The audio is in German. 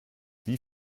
wie